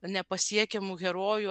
nepasiekiamų herojų